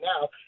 now